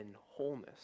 wholeness